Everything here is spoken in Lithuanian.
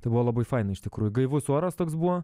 tai buvo labai faina iš tikrųjų gaivus oras toks buvo